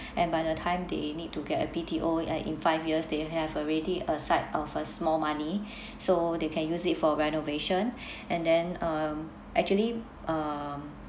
and by the time they need to get a B_T_O like in five years they have already aside of a small money so they can use it for renovation and then um actually um